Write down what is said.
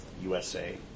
USA